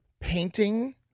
painting